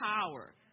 power